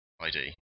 ID